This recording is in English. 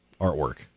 artwork